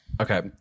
Okay